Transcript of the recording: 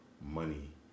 money